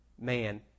man